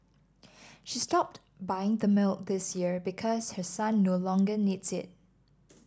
she stopped buying the milk this year because her son no longer needs it